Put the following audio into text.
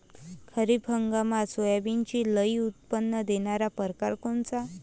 खरीप हंगामात सोयाबीनचे लई उत्पन्न देणारा परकार कोनचा?